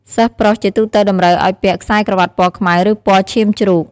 សិស្សប្រុសជាទូទៅតម្រូវឱ្យពាក់ ខ្សែក្រវាត់ពណ៌ខ្មៅ ឬពណ៌ឈាមជ្រូក។